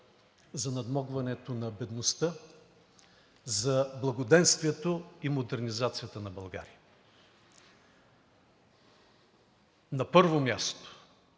за надмогването на бедността, за благоденствието и модернизацията на България. На първо място